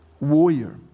warrior